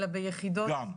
אלא ביחידות, גם.